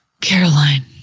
Caroline